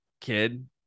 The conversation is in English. kid